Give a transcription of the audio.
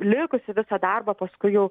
likusi visą darbą paskui jau